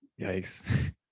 Yikes